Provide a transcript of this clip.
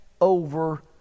over